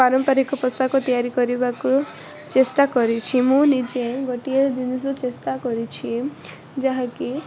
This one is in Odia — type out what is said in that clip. ପାରମ୍ପାରିକ ପୋଷାକ ତିଆରି କରିବାକୁ ଚେଷ୍ଟା କରିଛି ମୁଁ ନିଜେ ଗୋଟିଏ ଜିନିଷ ଚେଷ୍ଟା କରିଛି ଯାହାକି